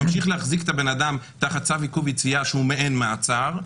ממשיך להחזיק את הבן-אדם תחת צו עיכוב יציאה שהוא מעין מעצר.